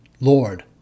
Lord